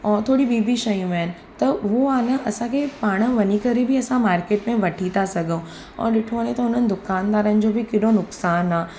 ऐं थोरी बि ॿी शयूं आहिनि त उहो आहे न असांखे पाण वञी करे बि असां मार्केट में वठी था सघूं ऐं ॾिठो वञे त उन्हनि दुकानदारनि जो बि केॾो नुक़सानु आहे